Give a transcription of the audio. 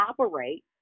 operate